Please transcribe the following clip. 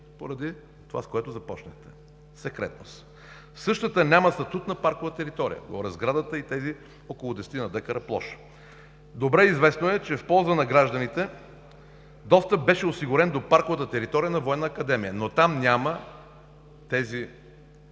поради това, с което започнахте – секретност. Същата няма статут на паркова територия – говоря за сградата, и тези около десетина декара площ. Добре известно е, че в полза на гражданите, достъп беше осигурен до парковата територия на Военна академия, но там няма тези